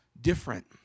different